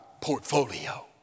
portfolio